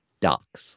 docs